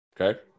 okay